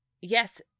yes